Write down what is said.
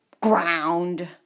ground